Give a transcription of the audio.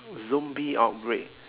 zombie outbreak